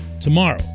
tomorrow